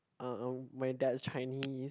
uh um my dad's Chinese